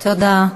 תודה.